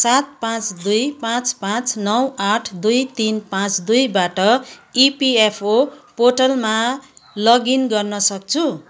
सात पाँच दुई पाँच पाँच नौ आठ दुई तिन पाँच दुईबाट इपिएफओ पोर्टलमा लगइन गर्न सक्छु